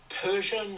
Persian